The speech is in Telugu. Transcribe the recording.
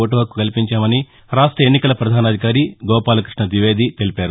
ఓటు హక్కు కల్పించామని రాష్ట ఎన్నికల ప్రధానాధికారి గోపాలకృష్ణ ద్వివేది తెలిపారు